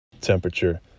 temperature